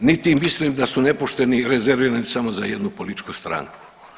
niti mislim da su nepošteni rezervirani samo za jednu političku stranku.